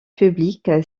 publique